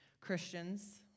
Christians